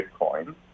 Bitcoin